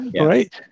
Right